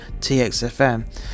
txfm